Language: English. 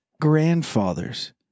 grandfathers